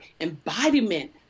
embodiment